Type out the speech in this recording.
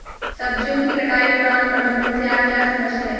सब्जियों की कटाई उपरांत प्रबंधन से आप क्या समझते हैं?